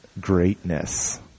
greatness